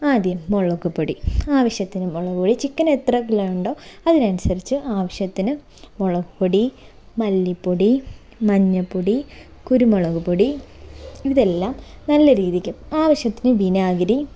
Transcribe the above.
ആദ്യം മുളകുപൊടി ആവശ്യത്തിന് മുളകുപൊടി ചിക്കൻ എത്ര കിലോ ഉണ്ടോ അതിനനുസരിച്ച് ആവശ്യത്തിന് മുളകുപൊടി മല്ലിപ്പൊടി മഞ്ഞൾപ്പൊടി കുരുമുളക് പൊടി ഇതെല്ലാം നല്ല രീതിക്ക് ആവശ്യത്തിന് വിനാഗരി